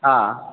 ಹಾಂ